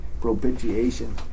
propitiation